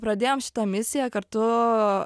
pradėjom šitą misiją kartu